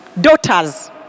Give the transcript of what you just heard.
daughters